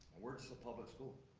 we're just a public school,